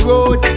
Road